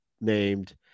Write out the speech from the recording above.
named